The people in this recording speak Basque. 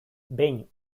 behin